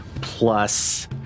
Plus